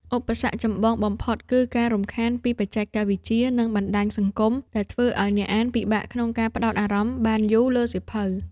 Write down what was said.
ឧបសគ្គចម្បងបំផុត គឺការរំខានពីបច្ចេកវិទ្យា និងបណ្ដាញសង្គមដែលធ្វើឱ្យអ្នកអានពិបាកក្នុងការផ្ដោតអារម្មណ៍បានយូរលើសៀវភៅ។